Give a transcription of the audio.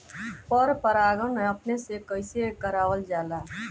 पर परागण अपने से कइसे करावल जाला?